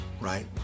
right